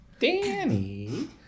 Danny